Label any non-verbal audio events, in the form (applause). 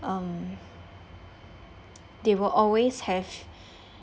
um they will always have (breath)